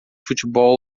futebol